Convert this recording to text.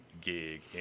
gig